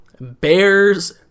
Bears